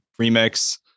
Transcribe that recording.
remix